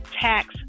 tax